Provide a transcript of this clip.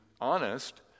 honest